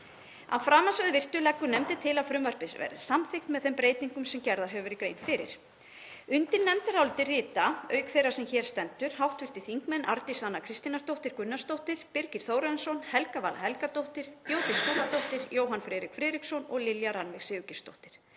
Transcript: Að framansögðu virtu leggur nefndin til að frumvarpið verði samþykkt með þeim breytingum sem gerð hefur verið grein fyrir. Undir nefndarálitið rita auk þeirrar sem hér stendur hv. þingmenn Arndís Anna Kristínardóttir Gunnarsdóttir, Birgir Þórarinsson, Helga Vala Helgadóttir, Jódís Skúladóttir, Jóhann Friðrik Friðriksson og Lilja Rannveig Sigurgeirsdóttir.